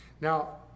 Now